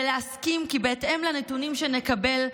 ולהסכים כי בהתאם לנתונים שנקבל,